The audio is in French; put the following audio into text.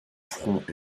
front